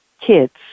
kids